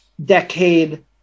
decade